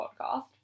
podcast